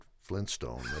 Flintstone